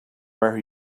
where